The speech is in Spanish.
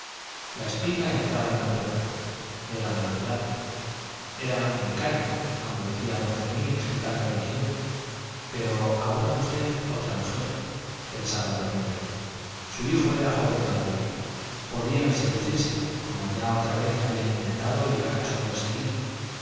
la espiga entraba en la tuerca era lo natural era mecánico como decía don fermín explicando religión pero a una mujer otra mujer pensaba el tornillo su hijo era joven todavía podían seducírselo como ya otra vez habían intentado y acaso conseguido